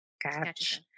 Catch